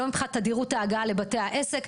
לא מבחינת תדירות ההגעה לבתי העסק,